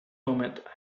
moment